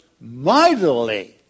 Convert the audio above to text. mightily